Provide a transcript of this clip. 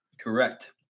correct